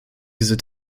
dieser